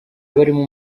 barimo